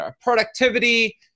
productivity